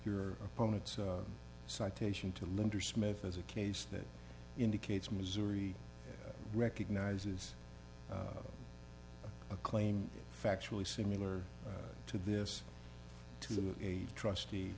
your opponent so citation to linder smith as a case that indicates missouri recognizes a claim factually similar to this to a trustee